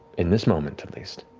in this moment, at least,